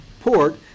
port